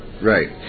Right